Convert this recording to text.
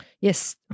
Yes